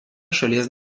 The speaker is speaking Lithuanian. šalies